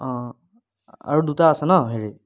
অঁ আৰু দুটা আছে ন হেৰি